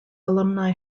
alumni